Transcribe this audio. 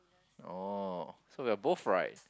oh so you we are both right